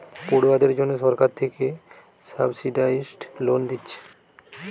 পড়ুয়াদের জন্যে সরকার থিকে সাবসিডাইস্ড লোন দিচ্ছে